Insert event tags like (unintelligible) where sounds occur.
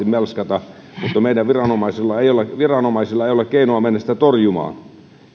(unintelligible) melskata mutta meidän viranomaisillamme ei ole keinoa mennä sitä torjumaan